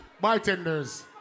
bartenders